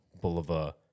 Boulevard